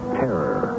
terror